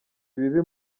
ibibi